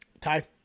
ty